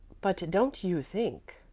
but don't you think,